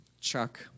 Chuck